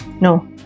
No